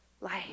life